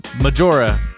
Majora